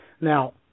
Now